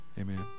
Amen